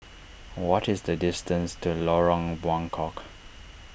what is the distance to Lorong Buangkok